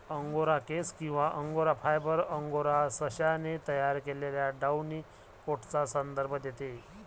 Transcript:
angora केस किंवा angora fibre, angora सशाने तयार केलेल्या डाउनी कोटचा संदर्भ देते